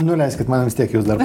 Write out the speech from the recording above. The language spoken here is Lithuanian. nu leiskit man vis tiek jus dar